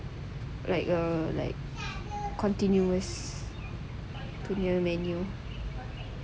like a like continuous punya menu